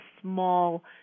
small